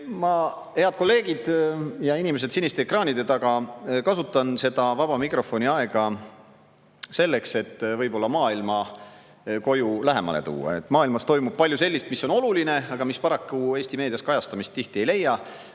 Ma, head kolleegid ja inimesed siniste ekraanide taga, kasutan seda vaba mikrofoni aega selleks, et võib-olla maailma koju lähemale tuua. Maailmas toimub palju sellist, mis on oluline, aga mis paraku Eesti meedias kajastamist tihti ei leia.